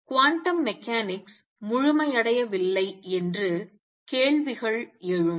quantum mechanics முழுமையடையவில்லை என்று கேள்விகள் எழும்